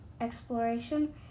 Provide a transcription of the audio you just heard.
exploration